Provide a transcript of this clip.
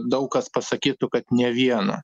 daug kas pasakytų kad ne viena